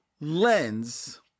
Len's